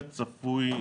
קובקס,